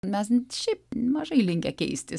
mes šiaip mažai linkę keistis